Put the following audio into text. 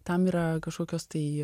tam yra kažkokios tai